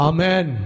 Amen